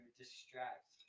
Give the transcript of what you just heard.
distract